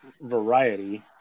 Variety